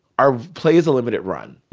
our play's a limited run,